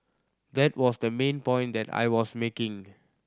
that was the main point that I was making